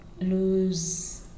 lose